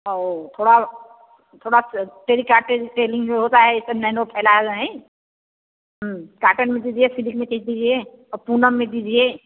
औ थोड़ा थोड़ा टेरिकॉटन टेरी में जो होता है यह सब नए नए फैलाए हुए हैं काटन में दीजिए सिलिक में दीजिए और पूनम में दीजिए